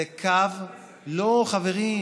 בואו נסגור, זה קו, לא, חברים.